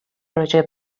راجع